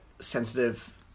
sensitive